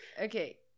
okay